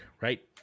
right